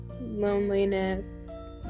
loneliness